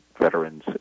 veterans